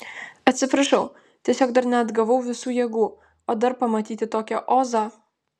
atsiprašau tiesiog dar neatgavau visų jėgų o dar pamatyti tokią ozą